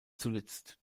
zuletzt